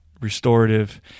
restorative